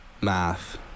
Math